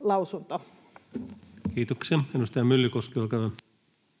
lausunto. [Speech 160] Speaker: Ensimmäinen